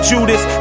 Judas